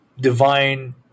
divine